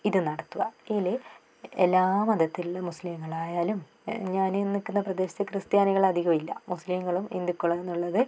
ഇത് നടത്തുക ഇതിൽ എല്ലാ മതത്തിലും മുസ്ലിങ്ങളായാലും ഞാൻ ഈ നിൽക്കുന്ന പ്രദേശത്ത് ക്രിസ്താനികൾ അധികമില്ല മുസ്ലിങ്ങളും ഹിന്ദുക്കളും എന്നുള്ളത്